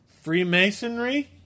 Freemasonry